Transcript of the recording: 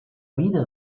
vida